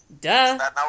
duh